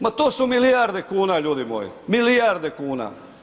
Ma to su milijarde kuna ljudi moji, milijarde kuna.